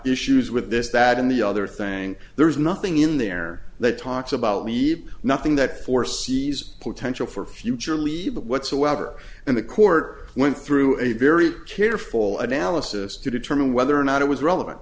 issues with this that and the other thing there is nothing in there that talks about leave nothing that foresees potential for future legal whatsoever and the court went through a very careful analysis to determine whether or not it was relevant